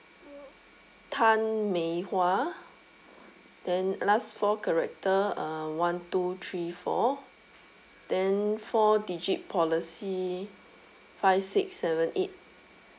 tan mei hua then last four character uh one two three four then four digit policy five six seven eight